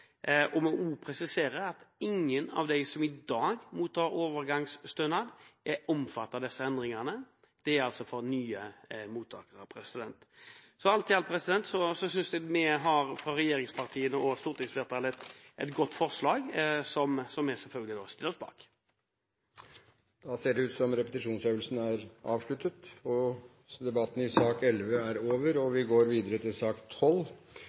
også med på å stimulere arbeidslinjen. Jeg vil også presisere at ingen av dem som i dag mottar overgangsstønad, er omfattet av disse endringene. De gjelder for nye mottakere. Alt i alt synes jeg at vi, regjeringspartiene og stortingsflertallet, har et godt forslag, som vi selvfølgelig stiller oss bak. Da ser det ut som at repetisjonsøvelsen er avsluttet. Ingen flere har bedt om ordet til sak